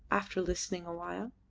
after listening awhile.